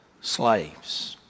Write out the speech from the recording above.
slaves